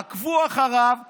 עקבו אחריו שבועיים.